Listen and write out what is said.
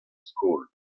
skol